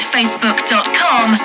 Facebook.com